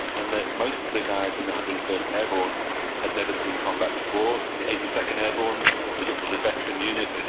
and that most of the guys in the one hundred and first airborne had never seen combat before. the eighty second airborne was was a veteran unit. and